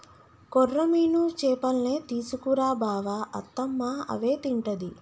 కొర్రమీను చేపల్నే తీసుకు రా బావ అత్తమ్మ అవే తింటది